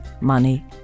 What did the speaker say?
Money